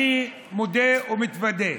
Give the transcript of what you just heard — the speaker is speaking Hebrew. אני מודה ומתוודה: